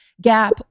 Gap